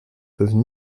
peuvent